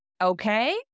okay